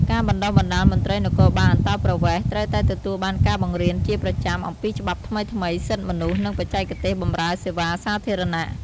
ការបណ្តុះបណ្តាលមន្ត្រីគរបាលអន្តោប្រវេសន៍ត្រូវតែទទួលបានការបង្រៀនជាប្រចាំអំពីច្បាប់ថ្មីៗ សិទ្ធិមនុស្ស និងបច្ចេកទេសបម្រើសេវាសាធារណៈ។